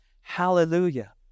Hallelujah